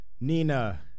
Nina